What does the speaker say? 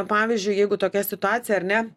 pavyzdžiui jeigu tokia situacija ar ne